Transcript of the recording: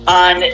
on